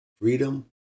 freedom